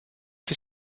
que